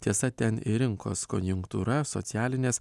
tiesa ten ir rinkos konjunktūra socialinės